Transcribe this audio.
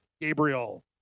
Gabriel